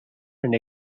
and